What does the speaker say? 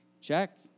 check